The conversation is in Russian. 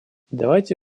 давайте